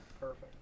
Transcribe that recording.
perfect